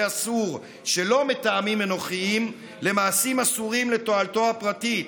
אסור שלא מטעמים אנוכיים למעשים אסורים לתועלתו הפרטית".